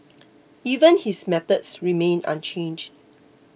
even his methods remain unchanged